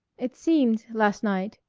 it seemed, last night,